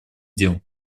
дел